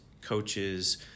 coaches